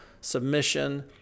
submission